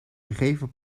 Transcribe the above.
gegeven